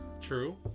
True